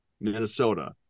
Minnesota